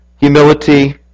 humility